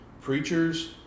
preachers